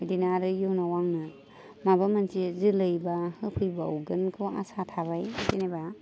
बिदिनो आरो उनाव आंनो माबा मोनसे जोलै बा होफैबावगोनखौ आसा थाबाय जेनेबा